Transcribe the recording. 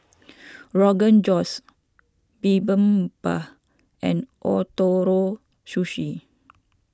Rogan Josh Bibimbap and Ootoro Sushi